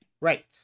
Right